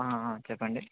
చెప్పండి